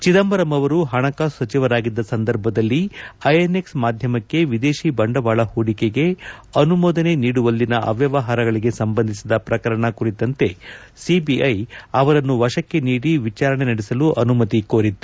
ಚಿದಂಬರಂ ಅವರು ಹಣಕಾಸು ಸಚಿವರಾಗಿದ್ದ ಸಂದರ್ಭದಲ್ಲಿ ಐಎನ್ಎಕ್ಸ್ ಮಾಧ್ಯಮಕ್ಕೆ ವಿದೇಶಿ ಬಂಡವಾಳ ಹೂಡಿಕೆಗೆ ಅನುಮೋದನೆ ನೀಡುವಲ್ಲಿನ ಅವ್ಯವಹಾರಗಳಿಗೆ ಸಂಬಂಧಿಸಿದ ಪ್ರಕರಣ ಕುರಿತಂತೆ ಸಿಬಿಐ ಅವರನ್ನು ವಶಕ್ಕೆ ನೀಡಿ ವಿಚಾರಣೆ ನಡೆಸಲು ಅನುಮತಿ ಕೋರಿತ್ತು